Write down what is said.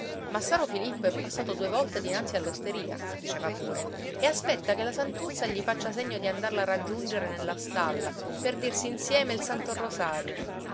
criminale massaro filippo è passato due volte dinanzi all'osteria diceva pure e aspetta che la santuzza gli faccia segno di andarla a raggiungere nella stalla per dirsi insieme il santo rosario